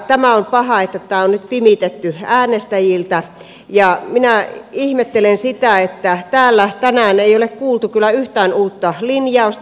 tämä on paha asia että tämä on nyt pimitetty äänestäjiltä ja minä ihmettelen sitä että täällä tänään ei ole kuultu kyllä yhtään uutta linjausta